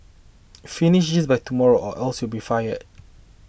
finish this by tomorrow or else you'll be fired